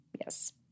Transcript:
Yes